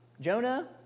Jonah